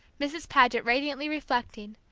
mrs. paget radiantly reflecting,